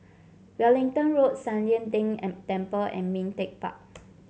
Wellington Road San Lian Deng Temple and Ming Teck Park